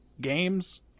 games